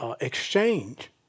exchange